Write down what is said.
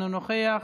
אינו נוכח,